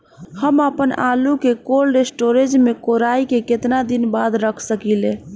हम आपनआलू के कोल्ड स्टोरेज में कोराई के केतना दिन बाद रख साकिले?